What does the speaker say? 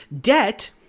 Debt